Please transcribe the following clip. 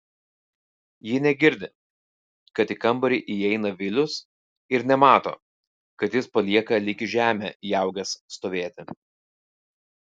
ji negirdi kad į kambarį įeina vilius ir nemato kad jis palieka lyg į žemę įaugęs stovėti